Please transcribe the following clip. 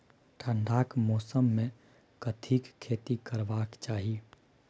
ठंडाक मौसम मे कथिक खेती करबाक चाही?